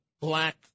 black